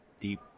deep